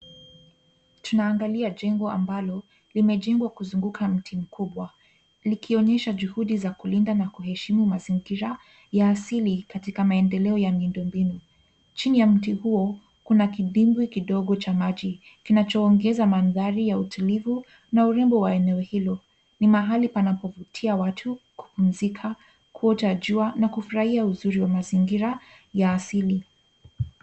Tunaangalia jengo ambalo limejengwa kuzunguka mti mkubwa likionyesha juhudi za kulinda na kuhifadhi mazingira ya asili katika maendeleo ya miundombinu. Chini ya mti huo, kuna kidimbwi kidogo cha maji kinachoongeza mandhari ya utulivu na urembo wa eneo hilo. Ni mahali panapovutia watu kupumzika, kuota jua na kufurahia uzuri wa mazingira ya asili.